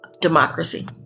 democracy